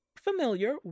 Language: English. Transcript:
familiar